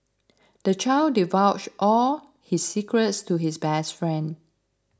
the child divulged all his secrets to his best friend